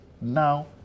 Now